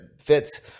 fits